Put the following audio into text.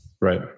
Right